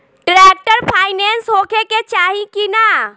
Tractor पाईनेस होखे के चाही कि ना?